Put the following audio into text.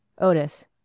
Otis